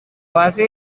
base